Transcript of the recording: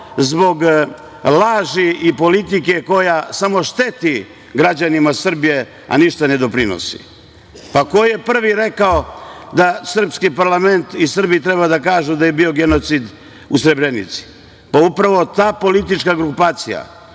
zbog laži i politike koja samo šteti građanima Srbije, a ništa ne doprinosi. Ko je prvi rekao da srpski parlament i Srbi treba da kažu da je bio genocid u Srebrenici? Upravo ta politička grupacija,